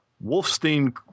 Wolfstein